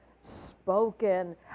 spoken